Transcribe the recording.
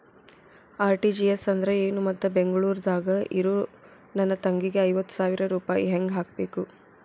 RTGS ಅಂದ್ರ ಏನು ಮತ್ತ ಬೆಂಗಳೂರದಾಗ್ ಇರೋ ನನ್ನ ತಂಗಿಗೆ ಐವತ್ತು ಸಾವಿರ ರೂಪಾಯಿ ಹೆಂಗ್ ಹಾಕಬೇಕು?